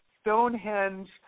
Stonehenge